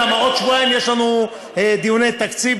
כי בעוד שבועיים יש לנו דיוני תקציב,